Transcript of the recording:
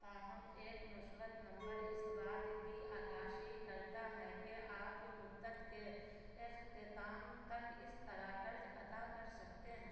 تاہم ایک مثبت نمبر اس بات کی عکاسی کرتا ہے کہ آپ مدت کے اختتام تک اس طرح قرض ادا کر سکتے ہیں